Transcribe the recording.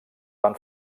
van